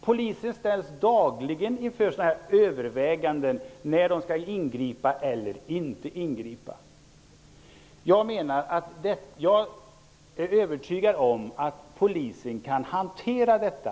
Polisen ställs dagligen inför att göra överväganden om att ingripa eller inte ingripa. Jag är övertygad om att Polisen kan hantera detta.